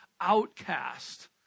outcast